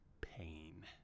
pain